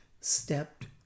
stepped